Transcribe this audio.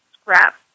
scrap